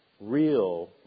real